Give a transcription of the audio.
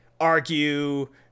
argue